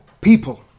people